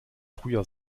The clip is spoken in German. früher